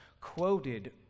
quoted